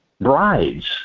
brides